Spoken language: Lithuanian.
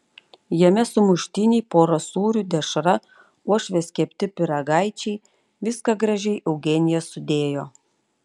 jame sumuštiniai pora sūrių dešra uošvės kepti pyragaičiai viską gražiai eugenija sudėjo